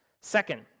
Second